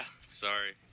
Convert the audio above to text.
sorry